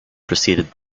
preceded